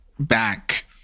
back